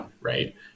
right